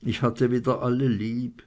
ich hatte wieder alle lieb